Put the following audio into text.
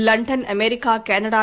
London America Canada